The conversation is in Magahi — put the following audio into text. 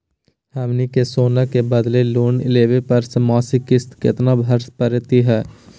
हमनी के सोना के बदले लोन लेवे पर मासिक किस्त केतना भरै परतही हे?